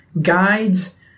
guides